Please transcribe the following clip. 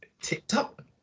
TikTok